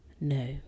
no